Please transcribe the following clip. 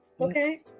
Okay